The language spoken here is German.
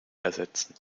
ersetzen